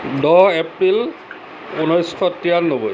দহ এপ্ৰিল ঊনৈছশ তিৰান্নব্বৈ